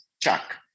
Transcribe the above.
Chuck